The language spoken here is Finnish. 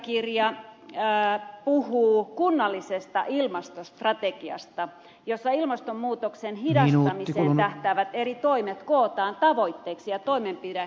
strategia asiakirja puhuu kunnallisesta ilmastostrategiasta jossa ilmastonmuutoksen hidastamiseen tähtäävät eri toimet kootaan tavoitteiksi ja toimenpidekokonaisuuksiksi